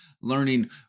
learning